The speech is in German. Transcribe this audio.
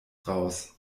raus